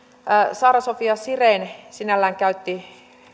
saara sofia siren sinällään käytti